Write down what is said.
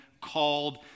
called